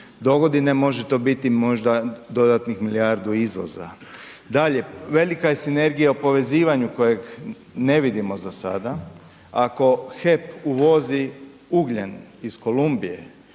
Do godine može to biti možda dodatnih milijardu izvoza. Dalje, velika je sinergija u povezivanju kojeg ne vidimo za sada, ako HEP uvozi ugljen iz Kolumbije,